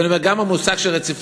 אני אומר שגם את המושג רציפות